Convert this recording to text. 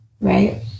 right